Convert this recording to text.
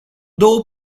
două